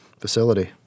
facility